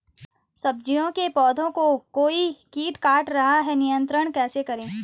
सब्जियों के पौधें को कोई कीट काट रहा है नियंत्रण कैसे करें?